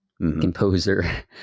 Composer